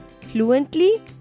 fluently